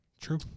True